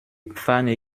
pfanne